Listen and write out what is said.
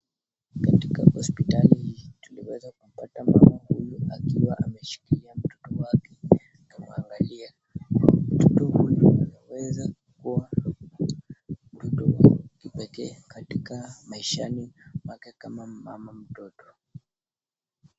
Katika hospitali hii tunaweza kupata mama huyu akiwa ameshikilia mtoto wake na kumwangalia. Mtoto huyu anaweza kukua mtoto wa kipekee katika maishani mwake kama mama mtoto.